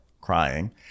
crying